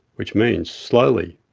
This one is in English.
which means slowly.